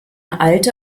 alte